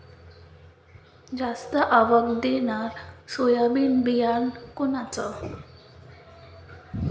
जास्त आवक देणनरं सोयाबीन बियानं कोनचं?